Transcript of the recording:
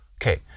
Okay